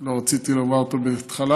לא רציתי לומר אותו בהתחלה.